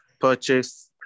purchase